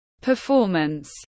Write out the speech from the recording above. performance